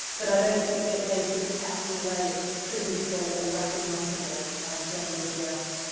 but i don't think that they should be kept in a way that's attributable or recognisable to anybody else.